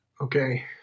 Okay